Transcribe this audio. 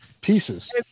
Pieces